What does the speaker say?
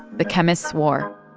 the chemists' war